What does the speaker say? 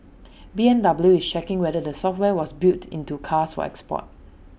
B M W is checking whether the software was built into cars for export